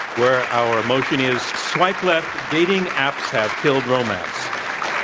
where our motion is swipe left dating apps have killed romance.